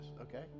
okay